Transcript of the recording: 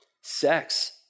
sex